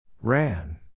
Ran